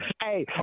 Hey